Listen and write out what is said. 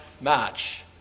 match